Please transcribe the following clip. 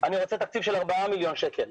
אני רוצה תקציב של 4 מיליון שקל,